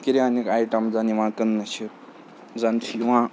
کِریانِک item زَن یِوان کٕننہٕ چھِ زَن چھِ یِوان